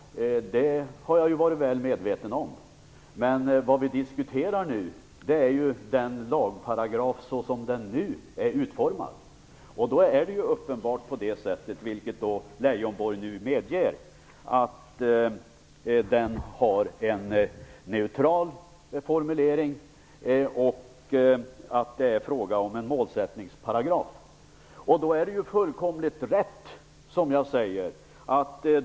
Det har jag varit väl medveten om. Men nu diskuterar vi den här lagparagrafen som den nu är utformad. Då är det uppenbart, vilket Lars Leijonborg nu medger, att den har en neutral formulering och att det är frågan om en målsättningsparagraf. Då är det jag säger fullkomligt rätt.